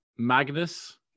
Magnus